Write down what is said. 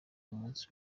umunsi